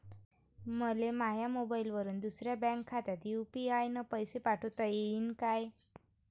मले माह्या मोबाईलवरून दुसऱ्या बँक खात्यात यू.पी.आय न पैसे पाठोता येईन काय?